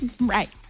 right